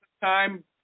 time